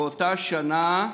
באותה שנה,